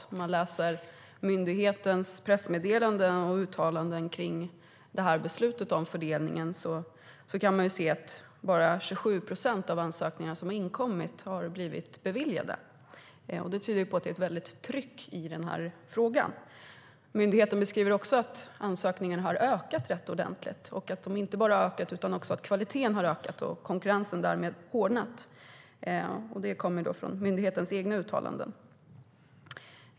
När man läser myndighetens pressmeddelanden och uttalanden om beslutet om fördelningen kan man se att bara 27 procent av ansökningarna som har inkommit har blivit beviljade. Det tyder på att det är ett tryck i frågan. Myndigheten beskriver också att ansökningarna har ökat i antal, att kvaliteten har ökat och konkurrensen därmed hårdnat. Det kommer från myndighetens egna uttalanden.